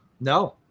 no